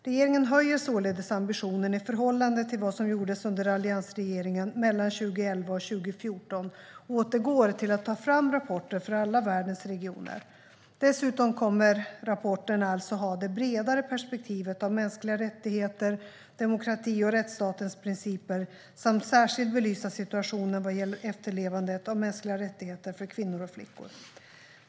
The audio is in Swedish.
Regeringen höjer således ambitionen i förhållande till vad som gjordes under alliansregeringen mellan 2011 och 2014 och återgår till att ta fram rapporter för alla världens regioner. Dessutom kommer rapporterna alltså att ha det bredare perspektivet av mänskliga rättigheter, demokrati och rättsstatens principer samt särskilt belysa situationen vad gäller efterlevnaden av mänskliga rättigheter för kvinnor och flickor.